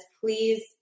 Please